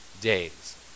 days